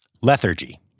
Lethargy